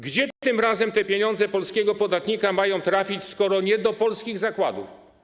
Gdzie tym razem te pieniądze polskiego podatnika mają trafić, skoro nie do polskich zakładów?